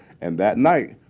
and that night,